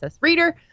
reader